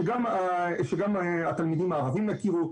שגם התלמידים הערבים יכירו,